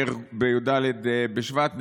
י"ד בשבט,